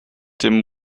dem